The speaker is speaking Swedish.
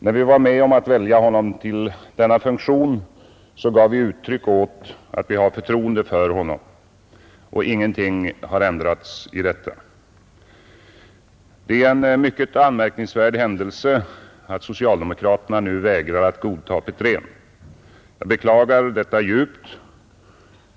När vi var med om att välja honom till denna funktion gav vi uttryck åt att vi har förtroende för honom, och ingenting har ändrats i detta. Det är en mycket anmärkningsvärd händelse att socialdemokraterna nu vägrar att godta Petrén. Jag beklagar detta djupt.